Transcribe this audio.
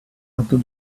other